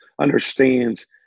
understands